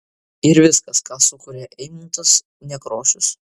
ir viskas ką sukuria eimuntas nekrošius